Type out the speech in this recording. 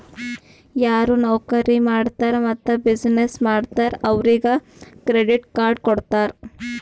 ಯಾರು ನೌಕರಿ ಮಾಡ್ತಾರ್ ಮತ್ತ ಬಿಸಿನ್ನೆಸ್ ಮಾಡ್ತಾರ್ ಅವ್ರಿಗ ಕ್ರೆಡಿಟ್ ಕಾರ್ಡ್ ಕೊಡ್ತಾರ್